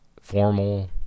formal